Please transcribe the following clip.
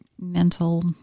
mental